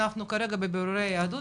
אנחנו כרגע בבירורי יהדות,